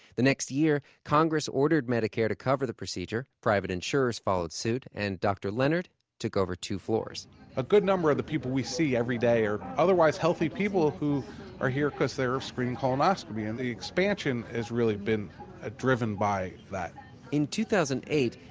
the next year, congress ordered medicare to cover the procedure. private insurers followed suit, and dr. leonard took over two floors a good number of the people we see every day are otherwise healthy people who are here cause they're screening colonoscopy. and the expansion has really been ah driven by that in two thousand and eight,